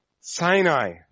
Sinai